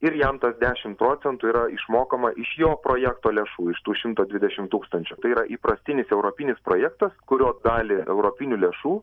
ir jam tas dešimt procentų yra išmokama iš jo projekto lėšų iš tų šimto dvidešimt tūkstančių tai yra įprastinis europinis projektas kurio dalį europinių lėšų